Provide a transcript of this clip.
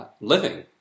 living